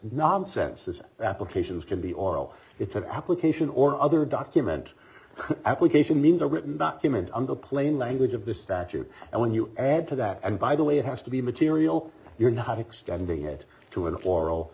nonsenses applications can be oral it's an application or other document application means a written document on the plain language of the statute and when you add to that and by the way it has to be material you're not extending it to a floral